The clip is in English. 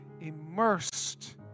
immersed